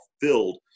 filled